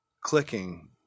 clicking